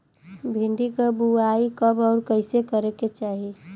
भिंडी क बुआई कब अउर कइसे करे के चाही?